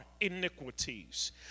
iniquities